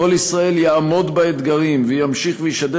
"קול ישראל" יעמוד באתגרים וימשיך וישדר